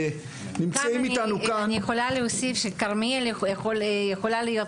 גם אני יכולה להוסיף שכרמיאל יכולה להיות